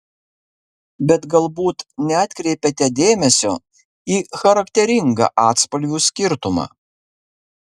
bet galbūt neatkreipėte dėmesio į charakteringą atspalvių skirtumą